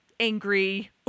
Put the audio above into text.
angry